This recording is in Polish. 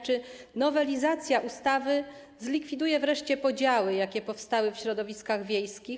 Czy nowelizacja ustawy zlikwiduje wreszcie podziały, jakie powstały w środowiskach wiejskich?